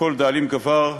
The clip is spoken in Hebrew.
שכל דאלים גבר.